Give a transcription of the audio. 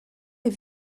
est